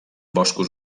boscos